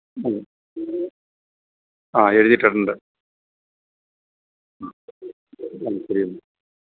ഉം ആ എഴുതിയിട്ടുണ്ട് എന്നാല് ശരിയെങ്കില്